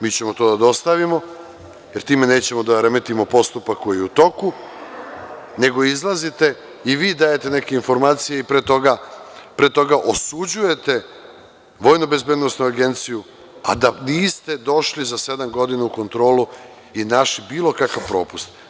Mi ćemo to da dostavimo jer nećemo da remetimo postupak koji je u toku, nego izlazite i vi dajete neke informacije i pre toga osuđujete VBA, a da niste došli za sedam godina u kontrolu i našli bilo kakav propust.